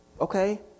Okay